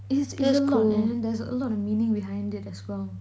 is a lot leh and then there's a lot of meaning behind it as well